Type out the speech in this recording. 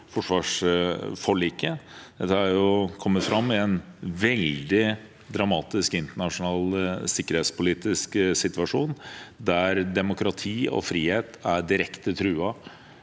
forsvarsforliket. Dette har kommet fram i en veldig dramatisk internasjonal sikkerhetspolitisk situasjon, der demokrati og frihet er direkte truet